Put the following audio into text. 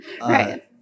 Right